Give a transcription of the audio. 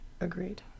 agreed